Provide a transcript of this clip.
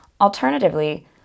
Alternatively